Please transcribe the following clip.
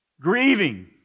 grieving